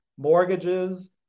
mortgages